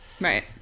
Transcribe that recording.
Right